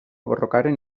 borrokaren